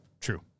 True